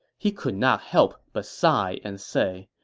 he could not help but sigh and say,